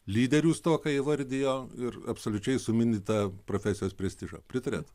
lyderių stoką įvardijo ir absoliučiai sumindytą profesijos prestižą pritariat